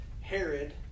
Herod